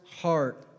heart